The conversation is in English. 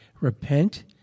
Repent